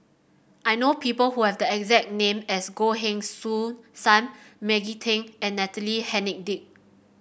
I know people who have the exact name as Goh Heng Soon Sam Maggie Teng and Natalie Hennedige